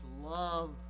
Love